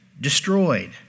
destroyed